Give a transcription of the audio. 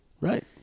right